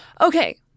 Okay